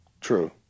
True